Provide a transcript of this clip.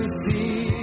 see